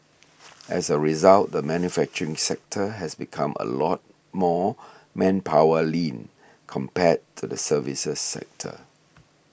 as a result the manufacturing sector has become a lot more manpower lean compared to the services sector